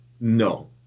No